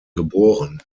geboren